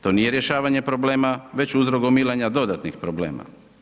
To nije rješavanje problema, već … dodatnih problema.